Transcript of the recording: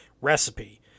recipe